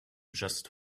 just